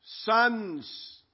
sons